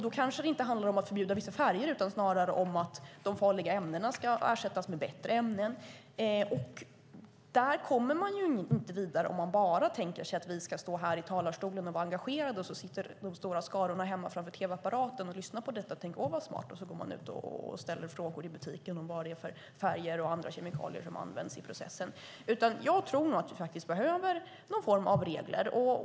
Då kanske det inte handlar om att förbjuda vissa färger utan snarare om att de farliga ämnena ska ersättas med bättre ämnen. Där kommer man inte vidare om man bara tänker sig att vi ska stå här i talarstolen och vara engagerade, medan de stora skarorna sitter hemma framför tv-apparaten och lyssnar på detta och tycker att detta är smart och sedan går ut i butikerna och ställer frågor om vilka färger och andra kemikalier som används i processen. Jag tror att vi behöver någon form av regler.